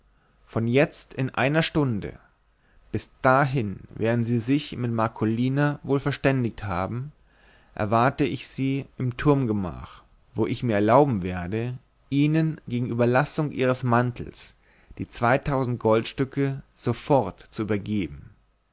von jetzt in einer stunde bis dahin werden sie sich mit marcolina wohl verständigt haben erwarte ich sie im turmgemach wo ich mir erlauben werde ihnen gegen überlassung ihres mantels die zweitausend goldstücke sofort zu übergeben